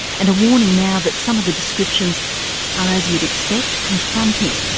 and a warning now that some of the descriptions are, as you'd expect, confronting.